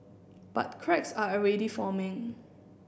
but cracks are already forming